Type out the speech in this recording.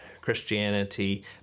Christianity